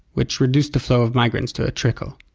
which reduced the flow of migrants to a trickle.